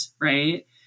right